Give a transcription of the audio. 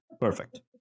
Perfect